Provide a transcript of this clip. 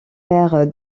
mère